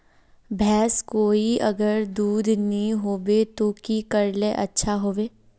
भैंस कोई अगर दूध नि होबे तो की करले ले अच्छा होवे?